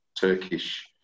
Turkish